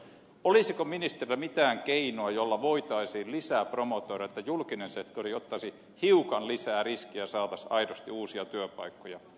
olisiko ministerillä mitään keinoa jolla voitaisiin lisää promotoida että julkinen sektori ottaisi hiukan lisää riskiä ja saataisiin aidosti uusia työpaikkoja eteenpäin